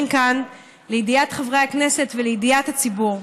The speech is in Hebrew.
כאן לידיעת חברי הכנסת ולידיעת הציבור.